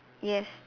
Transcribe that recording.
yes